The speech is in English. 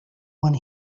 one